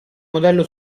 modello